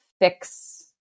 fix